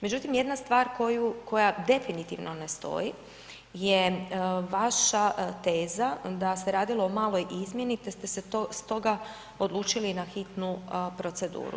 Međutim, jedna stvar koja definitivno ne stoji je vaša teza da se radilo o maloj izmjeni te ste se stoga odlučili na hitnu proceduru.